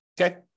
Okay